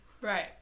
right